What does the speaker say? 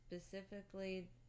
specifically